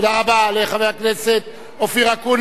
תודה רבה לחבר הכנסת אופיר אקוניס.